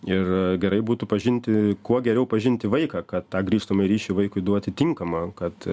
ir gerai būtų pažinti kuo geriau pažinti vaiką kad tą grįžtamąjį ryšį vaikui duoti tinkamą kad